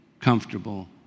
comfortable